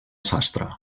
sastre